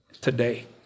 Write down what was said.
Today